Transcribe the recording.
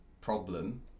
problem